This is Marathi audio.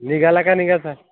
निघाला का निघायचा